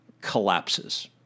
collapses